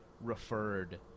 referred